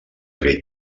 aquell